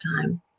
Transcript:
time